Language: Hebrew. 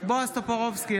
בועז טופורובסקי,